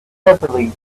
heavily